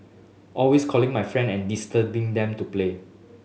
always calling my friend and disturbing them to play